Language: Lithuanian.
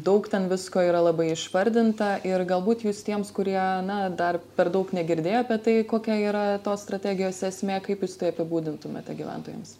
daug ten visko yra labai išvardinta ir galbūt jūs tiems kurie na dar per daug negirdėjo apie tai kokia yra tos strategijos esmė kaip jūs apibūdintumėte gyventojams